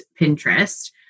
Pinterest